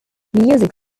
music